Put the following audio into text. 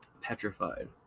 Petrified